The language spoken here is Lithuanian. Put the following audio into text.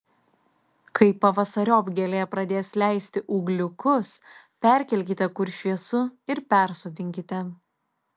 kai pavasariop gėlė pradės leisti ūgliukus perkelkite kur šviesu ir persodinkite